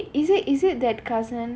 wait is it is it that cousin